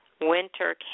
Winter